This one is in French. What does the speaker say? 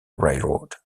railroad